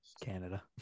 Canada